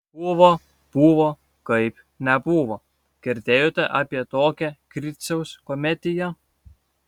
buvo buvo kaip nebuvo girdėjote apie tokią griciaus komediją